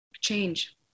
change